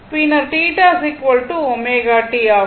பின்னர் θ ω t ஆகும்